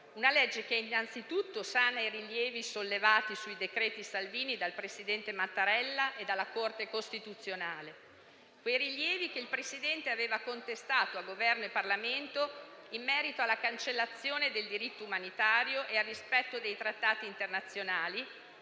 una legge che innanzitutto sana i rilievi sollevati sui decreti Salvini dal presidente Mattarella e dalla Corte costituzionale; quei rilievi che il Presidente aveva contestato al Governo e al Parlamento in merito alla cancellazione del diritto umanitario e al rispetto dei trattati internazionali,